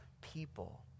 people